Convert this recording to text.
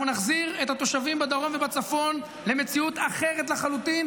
אנחנו נחזיר את התושבים בדרום ובצפון למציאות אחרת לחלוטין,